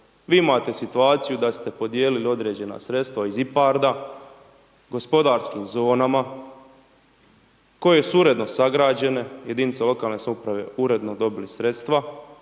Vi imate situaciju da ste podijelili određena sredstva iz IPARD-a, gospodarskim zonama koje su uredno sagrađene, jedinice lokalne samouprave uredno dobili sredstva.